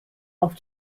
auf